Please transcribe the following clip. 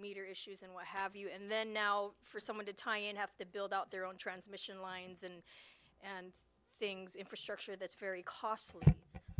meter issues and what have you and then now for someone to tie and have to build out their own transmission lines and and things infrastructure that's very costly